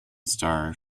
star